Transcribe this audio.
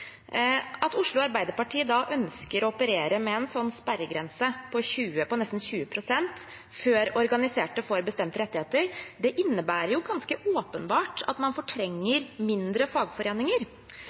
At Oslo Arbeiderparti ønsker å operere med en slik sperregrense, på nesten 20 pst., før organiserte får bestemte rettigheter, innebærer jo ganske åpenbart at man